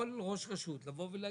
יכול ראש רשות לבוא ולטעון,